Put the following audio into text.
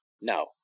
No